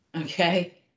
okay